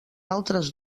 altres